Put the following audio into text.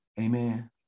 Amen